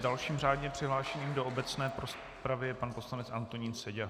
Dalším řádně přihlášeným do obecné rozpravy je pan poslanec Antonín Seďa.